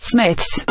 Smith's